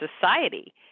society